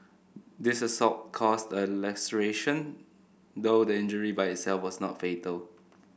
this assault caused a laceration though the injury by itself was not fatal